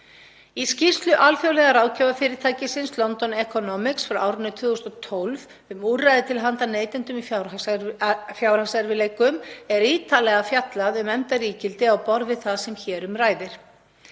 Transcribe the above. Í skýrslu alþjóðlega ráðgjafarfyrirtækisins London Economics frá árinu 2012, um úrræði til handa neytendum í fjárhagserfiðleikum, er ítarlega fjallað um efndaígildi á borð við það sem hér um ræðir.